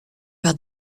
par